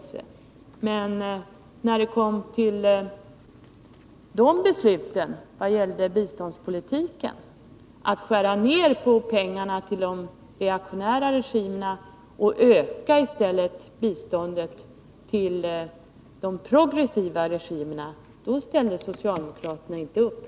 Men när det kom till beslut i biståndspolitiken om förslagen om att skära ned anslagen till de reaktionära regimerna och i stället öka biståndet till de progressiva regimerna ställde socialdemokraterna inte upp.